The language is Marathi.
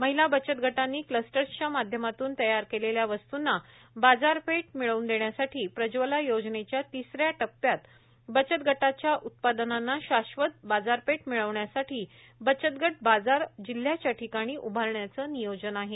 महिला बचत गटांनी क्लस्टर्सच्या माध्यमातून तयार केलेल्या वस्तूंना बाजारपेठ मिळवून देण्यासाठी प्रज्ज्वला योजनेच्या तिसन्या टप्प्यात बचत गटांच्या उत्पादनांना शाश्वत बाजारपेठ मिळण्यासाठी बचत गट बाजारश्वजिल्ह्याच्या ठिकाणी उभारण्याचे नियोजन आहे